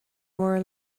mór